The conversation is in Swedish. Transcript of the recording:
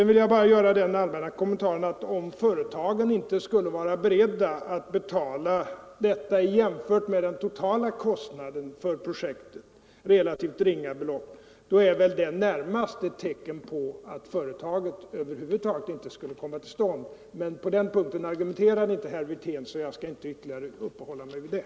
Jag vill bara göra den allmänna kommentaren att om företagen inte skulle vara beredda på att betala detta i jämförelse med den totala kost